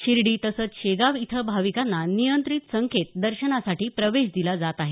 शिर्डी तसंच शेगाव इथं भाविकांना नियंत्रित संख्येत दर्शनासाठी प्रवेश दिला जात आहे